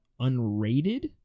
unrated